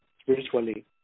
spiritually